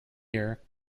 year